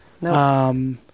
No